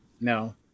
No